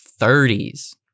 30s